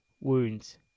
wounds